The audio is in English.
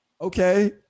Okay